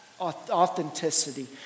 authenticity